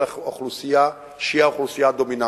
אוכלוסייה שהיא האוכלוסייה הדומיננטית,